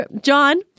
John